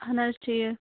اَہَن حظ ٹھیٖک